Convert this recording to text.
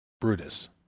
Brutus